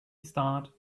start